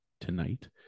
tonight